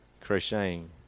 crocheting